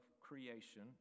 creation